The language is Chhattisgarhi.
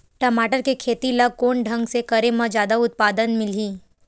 टमाटर के खेती ला कोन ढंग से करे म जादा उत्पादन मिलही?